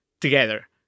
together